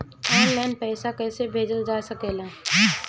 आन line पईसा कईसे भेजल जा सेकला?